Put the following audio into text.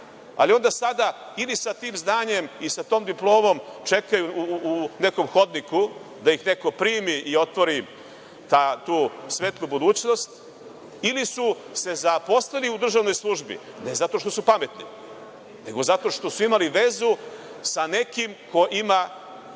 ali onda sada ili sa tim znanjem i sa tom diplomom čekaju u nekom hodniku da ih neko primi i otvori tu svetlu budućnost ili su se zaposlili u državnoj službi ne zato što su pametni, nego zato što su imali vezu sa nekim ko ima